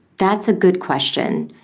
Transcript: that's a good question.